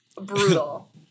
brutal